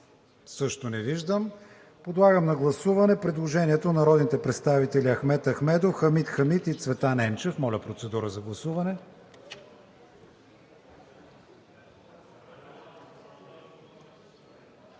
Също не виждам. Подлагам на гласуване предложението на народните представители Ахмед Ахмедов, Хамид Хамид и Цветан Енчев. Гласували